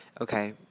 Okay